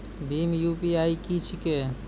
भीम UPI की छीके?